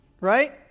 right